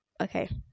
okay